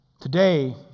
Today